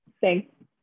Thanks